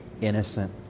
innocent